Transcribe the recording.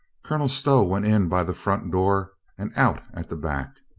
colonel stow went in by the front door and out at the back.